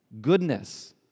goodness